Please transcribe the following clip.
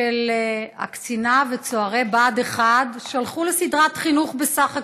של הקצינה וצוערי בה"ד 1 שהלכו לסדרת חינוך בסך הכול.